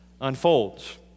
unfolds